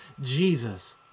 Jesus